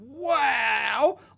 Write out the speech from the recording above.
Wow